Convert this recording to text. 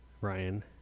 Ryan